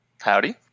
Howdy